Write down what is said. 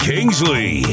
Kingsley